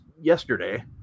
yesterday